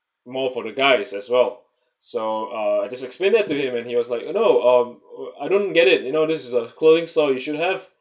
more for the guys as well so uh this explained to him and he was like no um I don't get it you know this is a clothing store you should have